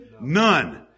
None